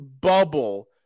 bubble